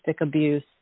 abuse